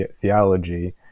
theology